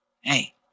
Hey